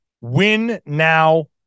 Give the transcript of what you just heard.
win-now